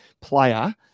player